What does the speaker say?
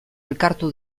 elkartu